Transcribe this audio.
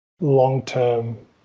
long-term